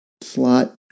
slot